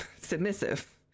submissive